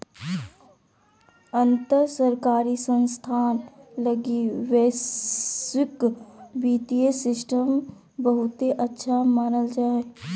अंतर सरकारी संस्थान लगी वैश्विक वित्तीय सिस्टम बहुते अच्छा मानल जा हय